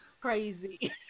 crazy